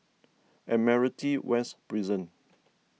Admiralty West Prison